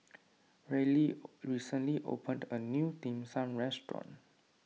Ryley recently opened a new Dim Sum restaurant